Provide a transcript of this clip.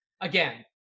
again